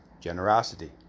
generosity